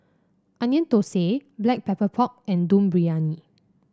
Onion Thosai Black Pepper Pork and Dum Briyani